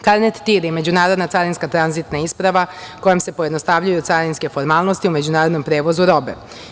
Karnet TIR je međunarodna carinska tranzitna isprava kojom se pojednostavljuju carinske formalnosti u međunarodnom prevozu robe.